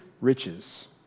riches